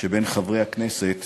בין חברי הכנסת